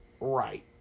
Right